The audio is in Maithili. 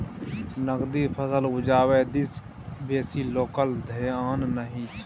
नकदी फसल उपजाबै दिस बेसी लोकक धेआन नहि छै